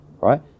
Right